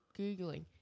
Googling